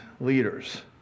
leaders